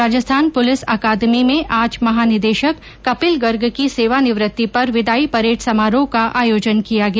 Rajasthan police अकादमी में आज महानिदेशक कपिल गर्ग की सेवानिवृत्ति पर विदाई परेड समारोह का आयोजन किया गया